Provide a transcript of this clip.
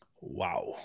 Wow